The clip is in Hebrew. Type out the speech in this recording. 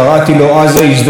ההזדמנות",